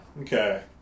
Okay